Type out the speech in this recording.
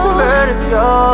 vertigo